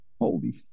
holy